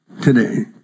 today